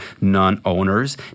non-owners